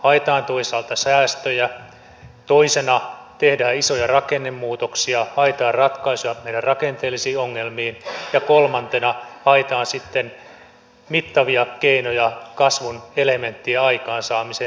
haetaan toisaalta säästöjä toisena tehdään isoja rakennemuutoksia haetaan ratkaisuja meidän rakenteellisiin ongelmiin ja kolmantena haetaan sitten mittavia keinoja kasvun elementtien aikaansaamiseen